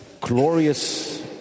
glorious